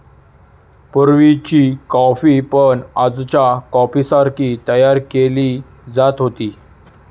पुर्वीची कॉफी पण आजच्या कॉफीसारखी तयार केली जात होती